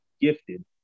gifted